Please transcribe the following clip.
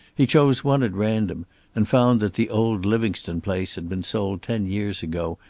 he chose one at random and found that the old livingstone place had been sold ten years ago,